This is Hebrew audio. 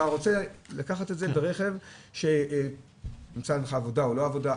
אתה רוצה לקחת את הרכב שיש לך מהעבודה או לא עבודה,